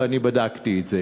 ואני בדקתי את זה.